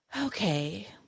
Okay